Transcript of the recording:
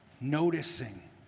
Noticing